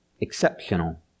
exceptional